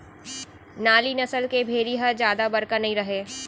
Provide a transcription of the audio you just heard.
नाली नसल के भेड़ी ह जादा बड़का नइ रहय